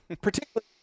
particularly